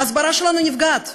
ההסברה שלנו נפגעת.